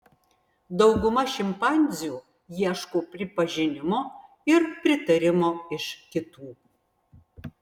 dauguma šimpanzių ieško pripažinimo ir pritarimo iš kitų